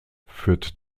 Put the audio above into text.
führt